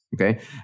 Okay